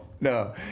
no